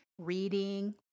reading